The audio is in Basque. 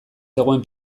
zegoen